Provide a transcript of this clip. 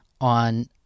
on